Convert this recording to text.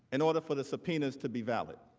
in order for the subpoenas to be valid.